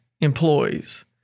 employees